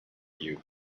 you